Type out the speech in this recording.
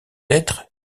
être